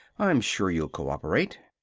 i'm sure you'll cooperate.